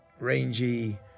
Rangy